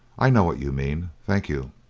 i know what you mean, thank you